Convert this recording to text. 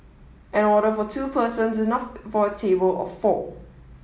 an order for two person is enough for a table of four